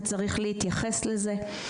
וצריך להתייחס לזה.